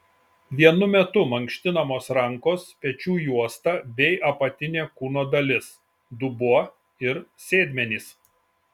vienu metu mankštinamos rankos pečių juosta bei apatinė kūno dalis dubuo ir sėdmenys